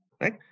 right